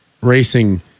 racing